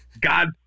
God